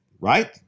right